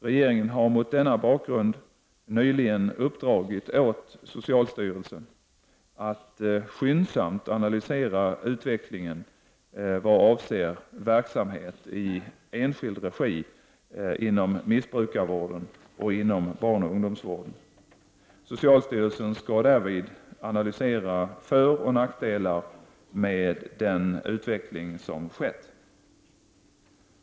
Regeringen har mot denna bakgrund nyligen uppdragit åt socialstyrelsen att skyndsamt analysera utvecklingen i vad avser verksamhet i enskild regi inom missbrukarvården och inom barnoch ungdomsvården. Socialstyrelsen skall därvid analysera föroch nackdelar med den utveckling som skett.